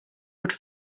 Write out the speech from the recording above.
would